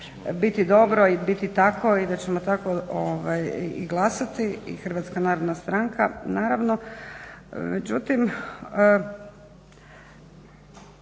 biti dobro i biti tako i da ćemo tako i glasati i HNS naravno,